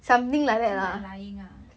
so is like lying ah